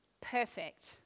perfect